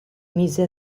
mise